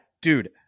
Dude